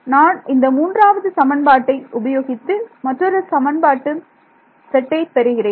நான் இந்த மூன்றாவது சமன்பாட்டை உபயோகித்து மற்றொரு சமன்பாட்டு செட்டை பெறுகிறேன்